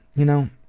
you know,